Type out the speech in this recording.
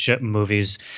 movies